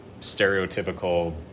stereotypical